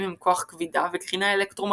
הם כוח כבידה וקרינה אלקטרומגנטית,